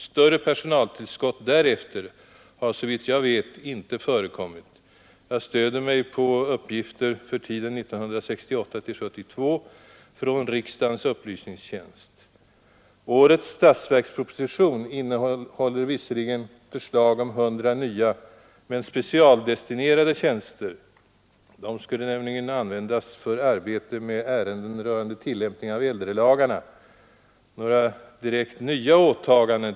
Större personaltillskott därefter har såvitt jag vet inte förekommit. Jag stöder mig på uppgifter avseende tiden 1968-1972 från riksdagens upplysningstjänst. Årets statsverksproposition innehåller förslag om 100 nya men specialdestinerade tjänster. De skulle nämligen användas för arbete med ärenden rörande tillämpning av äldrelagarna, om jag förstått saken rätt. Några direkt nya åtaganden, täckas med dessa tjänster.